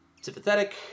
sympathetic